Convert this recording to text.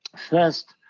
first,